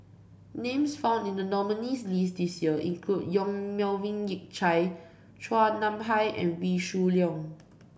names found in the nominees' list this year include Yong Melvin Yik Chye Chua Nam Hai and Wee Shoo Leong